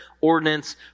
ordinance